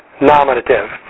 nominative